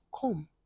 come